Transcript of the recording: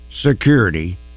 Security